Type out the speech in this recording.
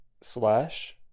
Slash